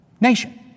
nation